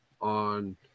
on